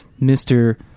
mr